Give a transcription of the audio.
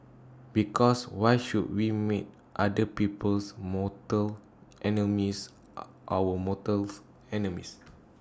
because why should we make other people's mortal enemies our mortals enemies